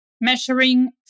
measuring